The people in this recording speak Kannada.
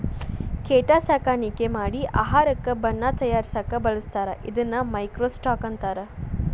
ಕೇಟಾ ಸಾಕಾಣಿಕೆ ಮಾಡಿ ಆಹಾರಕ್ಕ ಬಣ್ಣಾ ತಯಾರಸಾಕ ಬಳಸ್ತಾರ ಇದನ್ನ ಮೈಕ್ರೋ ಸ್ಟಾಕ್ ಅಂತಾರ